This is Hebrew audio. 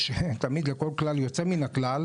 תמיד יש לכל כלל יוצא מהכלל,